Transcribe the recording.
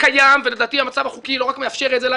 הקיים ולדעתי המצב החוקי לא רק מאפשר את זה אלא